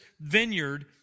vineyard